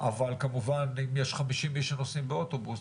אבל כמובן אם יש 50 איש שנוסעים באוטובוס,